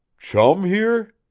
chum here?